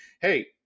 hey